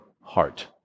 heart